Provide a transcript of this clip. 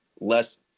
less